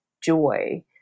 joy